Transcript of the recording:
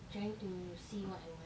trying to see what I want